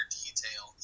detail